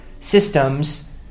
systems